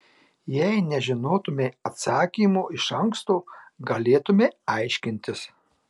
jeigu nežinotumei atsakymo iš anksto galėtumei aiškintis